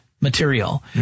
material